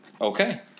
Okay